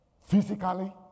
physically